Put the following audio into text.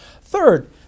Third